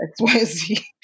xyz